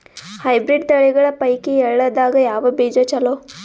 Hybrid ತಳಿಗಳ ಪೈಕಿ ಎಳ್ಳ ದಾಗ ಯಾವ ಬೀಜ ಚಲೋ?